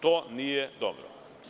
To nije dobro.